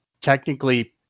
technically